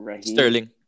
Sterling